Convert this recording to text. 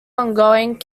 ongoing